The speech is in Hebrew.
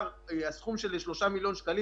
הסכום של 3 מיליון שקלים,